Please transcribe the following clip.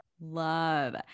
Love